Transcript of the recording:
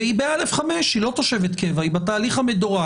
והיא ב-א5, היא לא תושבת קבע, היא בתהליך המדורג.